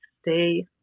stay